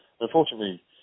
Unfortunately